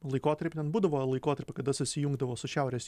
laikotarpiu ten būdavo laikotarpių kada susijungdavo su šiaurės